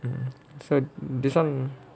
um is like this [one]